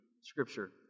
Scripture